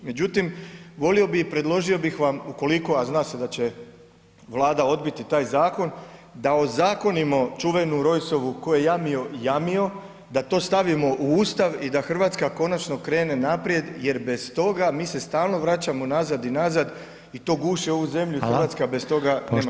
Međutim, volio bih i predložio bih vam ukoliko, a zna se da će Vlada odbiti taj zakon, da ozakonimo čuvenu Rojsovu „tko je jamio, jamio“ da to stavimo u Ustav i da RH konačno krene naprijed jer bez toga mi se stalno vraćamo nazad i nazad i to guši ovu zemlju [[Upadica: Hvala]] i RH bez toga [[Upadica: Poštovani zastupnik…]] nema šanse.